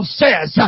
says